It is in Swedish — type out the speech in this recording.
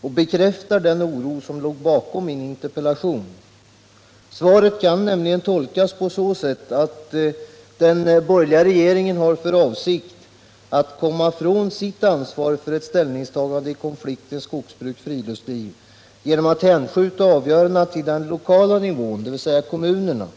och den bekräftar det berättigade i den oro som låg bakom min interpellation. Svaret kan nämligen tolkas på så sätt att den borgerliga regeringen har för avsikt att slippa från sitt ansvar för ett ställningstagande i konflikten skogsbruk-friluftsliv genom att hänskjuta avgörandena till den lokala nivån, dvs. kommunerna.